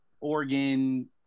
Oregon